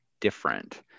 different